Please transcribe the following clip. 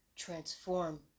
transform